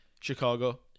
Chicago